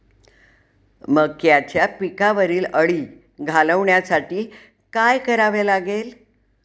मक्याच्या पिकावरील अळी घालवण्यासाठी काय करावे लागेल?